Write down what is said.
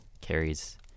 Carrie's